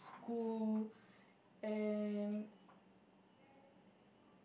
school and